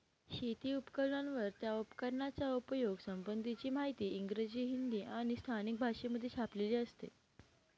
शेती उपकरणांवर, त्या उपकरणाच्या उपयोगा संबंधीची माहिती इंग्रजी, हिंदी आणि स्थानिक भाषेमध्ये छापलेली असते